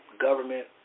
Government